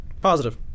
Positive